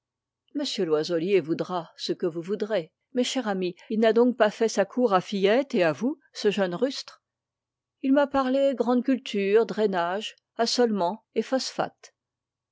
loiselier voudra ce que vous voudrez mais chère amie il n'a donc pas fait sa cour à fillette et à vous ce jeune rustre il m'a parlé grande culture drainage assolements et phosphates